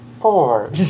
four